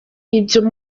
ibyo